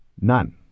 None